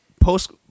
post